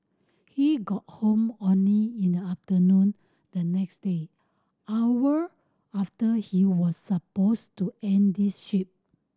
he got home only in the afternoon the next day hour after he was supposed to end his ship